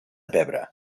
pebre